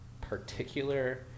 particular